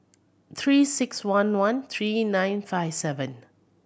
Three Six One one three nine five seven